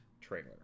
trailer